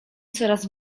coraz